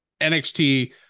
nxt